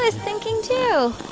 ah thinking, too